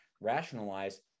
rationalize